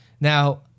Now